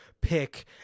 pick